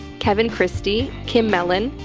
kevin christie, kim mellon,